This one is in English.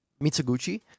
Mitsuguchi